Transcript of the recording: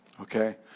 Okay